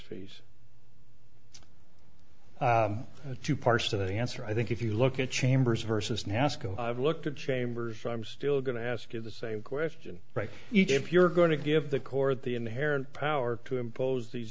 fees to parse the answer i think if you look at chambers versus nasco i've looked at chambers i'm still going to ask you the same question right if you're going to give the court the inherent power to impose these